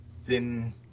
thin